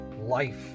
life